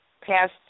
past